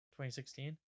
2016